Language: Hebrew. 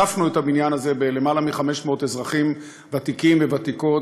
הצפנו את הבניין הזה ביותר מ-500 אזרחים ותיקים וותיקות.